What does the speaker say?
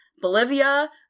Bolivia